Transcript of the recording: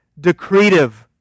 decretive